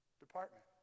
department